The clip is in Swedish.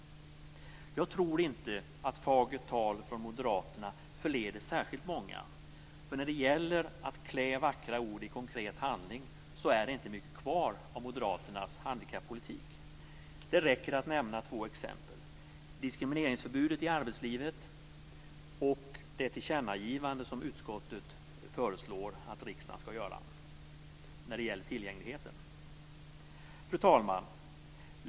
Jag tror inte att fagert tal från Moderaterna förleder särskilt många. När det gäller att klä vackra ord i konkret handling är det inte mycket kvar av Moderaternas handkappolitik. Det räcker att nämna två exempel, nämligen diskrimineringsförbudet i arbetslivet och det tillkännagivande som utskottet föreslår att riksdagen skall göra när det gäller tillgängligheten. Fru talman!